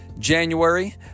January